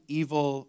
evil